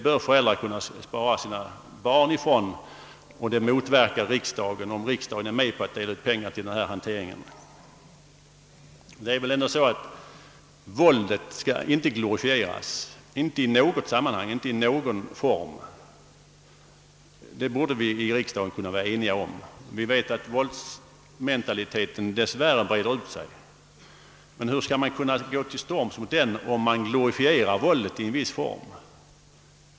Föräldrar bör kunna bespara sina barn sådana skador, men riksdagen motverkar detta syfte om den går med på att dela ut pengar till denna hantering. Våldet skall i alla fall inte i något sammanhang och inte i någon form glorifieras — härom borde vi kunna vara eniga i riksdagen. Vi vet att våldsmentaliteten dess värre breder ut sig. Men hur skall man kunna gå till storms mot den om vi glorifierar våldet i en viss form?